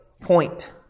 point